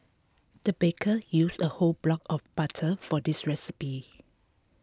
the baker used a whole block of butter for this recipe